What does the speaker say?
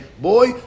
boy